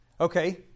Okay